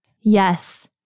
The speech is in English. Yes